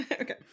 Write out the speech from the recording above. Okay